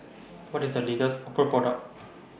What IS The latest Oppo Product